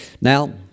Now